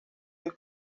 del